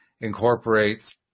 incorporates